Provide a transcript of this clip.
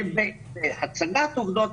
בהצגת עובדות.